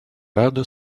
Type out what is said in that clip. рада